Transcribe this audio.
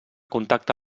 contacte